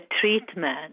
treatment